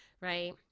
Right